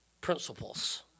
principles